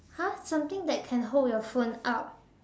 !huh! something that can hold your phone up